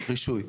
רישוי,